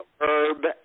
herb